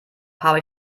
habe